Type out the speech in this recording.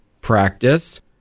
practice